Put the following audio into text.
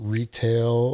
Retail